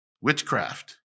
witchcraft